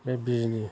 बे बिजनि